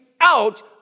out